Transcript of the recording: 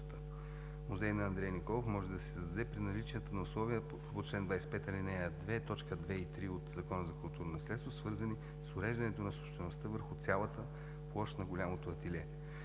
Музей на Андрей Николов може да се създаде при наличието на условия по чл. 25, ал. 2, т. 2 и 3 от Закона за културното наследство, свързани с уреждането на собствеността върху цялата площ на голямото ателие,